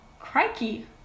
Crikey